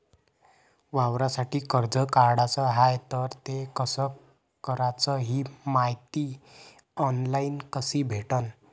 वावरासाठी कर्ज काढाचं हाय तर ते कस कराच ही मायती ऑनलाईन कसी भेटन?